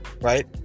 Right